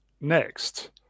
Next